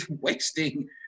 wasting